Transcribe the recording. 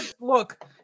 Look